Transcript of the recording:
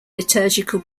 liturgical